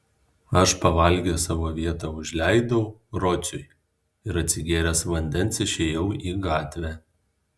aš pavalgęs savo vietą užleidau rociui ir atsigėręs vandens išėjau į gatvę